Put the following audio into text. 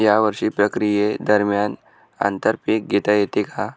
या सर्व प्रक्रिये दरम्यान आंतर पीक घेता येते का?